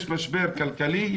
יש משבר כלכלי,